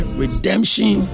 redemption